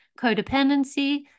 codependency